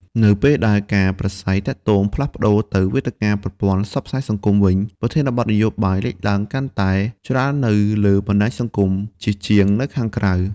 នៅពេលដែលការប្រាស្រ័យទាក់ទងផ្លាស់ប្តូរទៅវេទិកាប្រព័ន្ធផ្សព្វផ្សាយសង្គមវិញ ប្រធានបទនយោបាយលេចឡើងកាន់តែច្រើននៅលើបណ្ដាញសង្គមជាជាងនៅខាងក្រៅ។